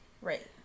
Right